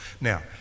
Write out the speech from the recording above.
Now